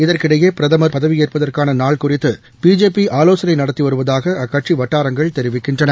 இதற்கிடையே பிரதமர் பதவியேற்பதற்கான நாள் குறித்து பிஜேபி ஆலோசனை நடத்தி வருவதாக அக்கட்சி வட்டாரங்கள் தெரிவிக்கின்றன